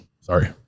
Sorry